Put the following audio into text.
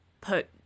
put